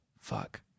fuck